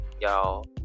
y'all